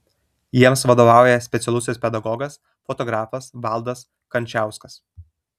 jiems vadovauja specialusis pedagogas fotografas valdas kančauskas